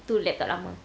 tu laptop lama